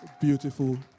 beautiful